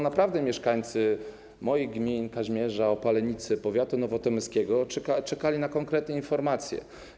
Naprawdę mieszkańcy moich gmin, Kazimierza, Opalenicy, powiatu nowotomyskiego czekali na konkretne informacje.